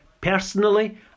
personally